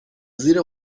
زیر